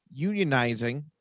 unionizing